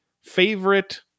favorite